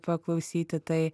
paklausyti tai